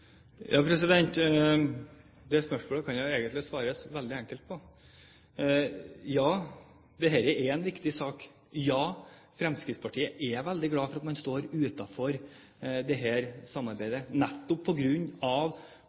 Ja, dette er en viktig sak. Ja, Fremskrittspartiet er veldig glad for at man står utenfor dette samarbeidet nettopp